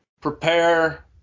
Prepare